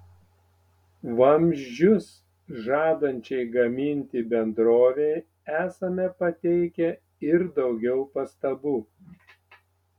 vamzdžius žadančiai gaminti bendrovei esame pateikę ir daugiau pastabų